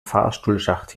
fahrstuhlschacht